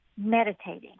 meditating